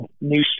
new